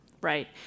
right